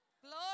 Glory